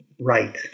right